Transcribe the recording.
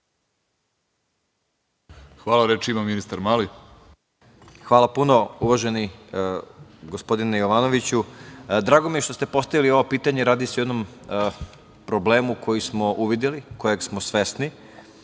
Mali. **Siniša Mali** Hvala puno uvaženi gospodine Jovanoviću. Drago mi je što ste postavili ovo pitanje. Radi se o jednom problemu koji smo uvideli, kojeg smo svesni.